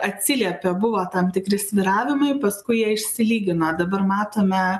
atsiliepė buvo tam tikri svyravimai paskui jie išsilygino dabar matome